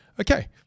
okay